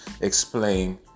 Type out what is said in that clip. explain